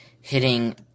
hitting